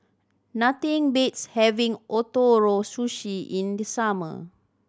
nothing beats having Ootoro Sushi in the summer